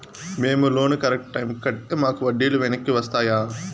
మేము loan correct టైముకి కట్టితే మాకు వడ్డీ లు వెనక్కి వస్తాయా?